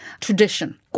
tradition